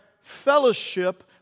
fellowship